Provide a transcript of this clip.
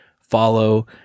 follow